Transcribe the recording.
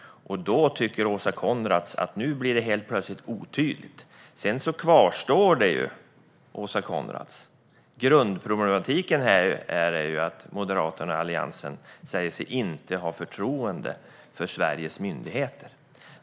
Då tycker Åsa Coenraads att det helt plötsligt blir otydligt. Sedan kvarstår, Åsa Coenraads, att grundproblematiken är att Moderaterna och Alliansen säger sig inte ha förtroende för Sveriges myndigheter.